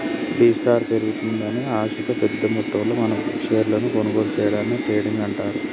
B స్టార్ట్ పెరుగుతుందని ఆశతో పెద్ద మొత్తంలో మనం షేర్లను కొనుగోలు సేయడాన్ని ట్రేడింగ్ అంటారు